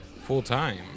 full-time